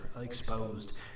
exposed